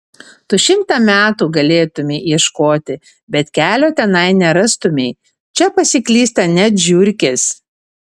tu šimtą metų galėtumei ieškoti bet kelio tenai nerastumei čia pasiklysta net žiurkės